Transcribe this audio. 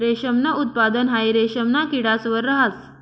रेशमनं उत्पादन हाई रेशिमना किडास वर रहास